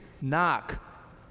knock